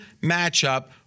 matchup